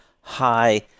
high